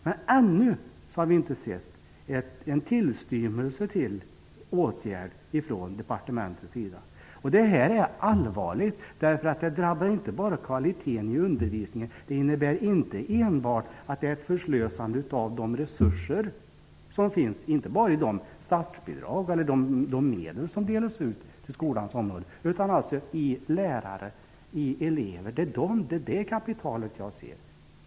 Men vi har ännu inte sett en tillstymmelse till åtgärder från departementets sida. Detta är allvarligt. Det drabbar inte bara kvaliteten i undervisningen. Det innebär inte enbart ett förslösande av de resurser som finns, inte bara de statsbidrag eller medel som delas ut på skolans område, utan också lärare och elever. Det är det kapitalet jag avser.